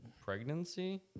Pregnancy